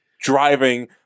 driving